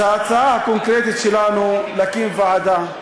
ההצעה הקונקרטית שלנו, להקים ועדה,